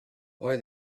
why